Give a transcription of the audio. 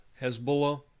Hezbollah